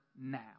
now